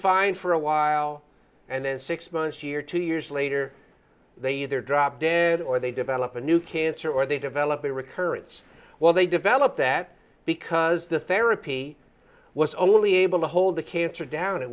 fine for a while and then six months year two years later they either drop dead or they develop a new cancer or they develop a recurrence well they develop that because the therapy was only able to hold the cancer down i